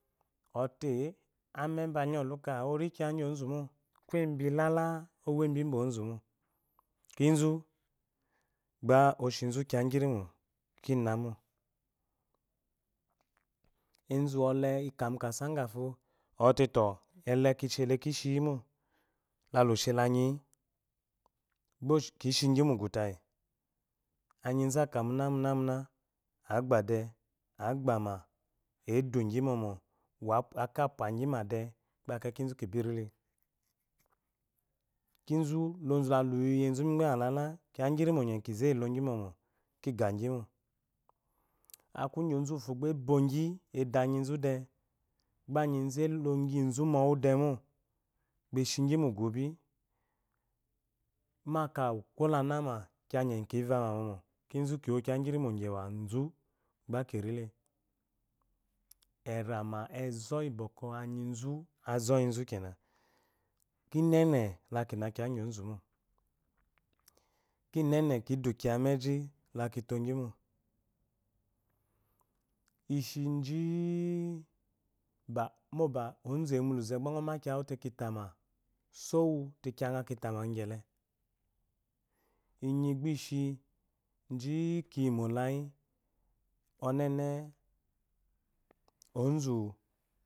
Ɔte ameba anyioluke orikiya gyi ozumi ko ebilala owo ebimbozumo kizu gba oshizu kiya gyinwo kinamo ezuwole ika mu kasa gafo ɔtetɔ deki shile kishiyimo laheshela anyiyi gba kishigyi mugutyi anyizu akamuna muna adade agbama edugyi mɔmɔ akapwagyima de keyi kiizu kibirite kizu lozu laluyezu migbemalada kiya ayirimo gyɔgyi kizeyi logyi mɔmɔ kigagyi mo akugyi ozufo gba ebogyi edu anyizude gba anyizu eloyizu mɔwudemo beshi ghi mugubi ba akawu ko la noma kiye gyinmo gyewazu gba kinle erema ezɔ yi bwɔwkɔ anyizu azɔyizu kenna kinene laki na kiya gyi ozumo kinene kidu kiya meji lakii togyimo ishe ji ba mobe ozu eyi mulaze gba ngo ma kiye wute kitama sowu te kiyanga kitame kigyele inyi gba ishi ji kiyimo layi ɔnene